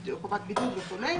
חובת בידוד וכו'.